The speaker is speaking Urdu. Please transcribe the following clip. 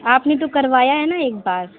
آپ نے تو کروایا ہے نا ایک بار